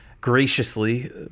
graciously